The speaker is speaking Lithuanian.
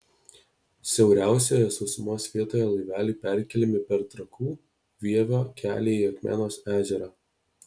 siauriausioje sausumos vietoje laiveliai perkeliami per trakų vievio kelią į akmenos ežerą